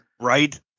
Right